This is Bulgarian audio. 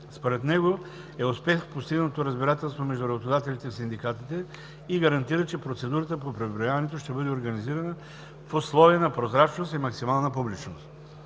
Според него е успех постигнатото разбирателство между работодателите и синдикатите и гарантира, че процедурата по преброяването ще бъде организирана в условията на прозрачност и максимална публичност.